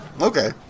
Okay